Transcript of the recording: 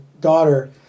daughter